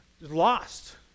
lost